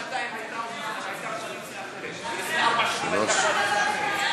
לפני שנתיים הייתה קואליציה אחרת ולפני ארבע שנים הייתה קואליציה אחרת.